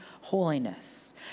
holiness